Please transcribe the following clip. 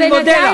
אני מודה לך.